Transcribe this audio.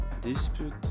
dispute